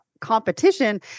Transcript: competition